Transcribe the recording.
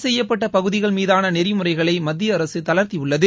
செய்யப்பட்ட பகுதிகள் மீதான நெறிமுறைகளை மத்திய அரசு தளா்த்தியுள்ளது